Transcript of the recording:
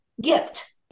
gift